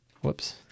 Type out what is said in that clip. Whoops